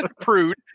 prude